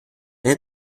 eine